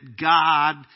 God